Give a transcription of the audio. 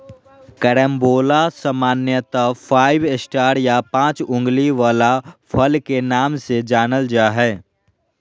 carambola सामान्यत five star या पाँच उंगली वला फल के नाम से जानल जा हय